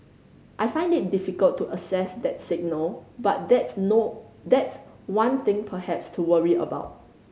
I find it difficult to assess that signal but that's no that's one thing perhaps to worry about